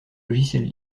logiciels